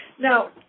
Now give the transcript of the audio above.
Now